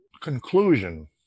conclusion